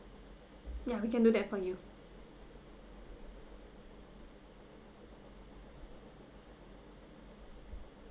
yeah we can do that for you